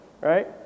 right